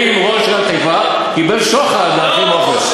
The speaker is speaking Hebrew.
אם ראש עיריית חיפה קיבל שוחד מהאחים עופר.